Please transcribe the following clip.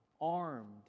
armed